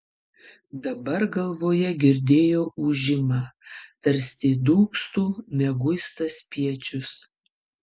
dabar galvoje girdėjo ūžimą tarsi dūgztų mieguistas spiečius